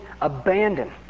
abandon